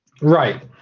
Right